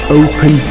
open